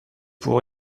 pour